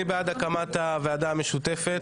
מי בעד הקמת הוועדה המשותפת?